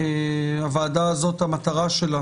הוועדה הזאת, המטרה שלה